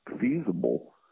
feasible